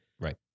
Right